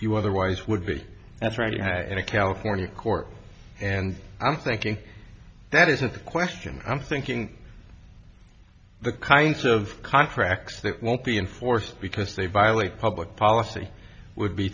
you otherwise would be that's right in a california court and i'm thinking that isn't the question i'm thinking the kinds of contracts that won't be enforced because they violate public policy would be